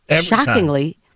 shockingly